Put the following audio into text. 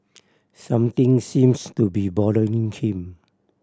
something seems to be bothering him